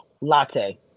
latte